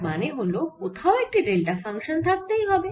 এর মানে হল কোথাও একটি ডেল্টা ফাংশান থাকতেই হবে